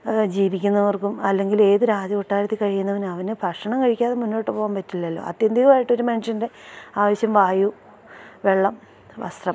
ജീവിക്കുന്നവർക്കും അല്ലെങ്കില് ഏത് രാജകൊട്ടാരത്തില് കഴിയുന്നവന് അവന് ഭക്ഷണം കഴിക്കാതെ മുന്നോട്ടുപോകാൻ പറ്റില്ലല്ലോ ആത്യന്തികമായിട്ടൊരു മനുഷ്യൻ്റെ ആവശ്യം വായു വെള്ളം വസ്ത്രം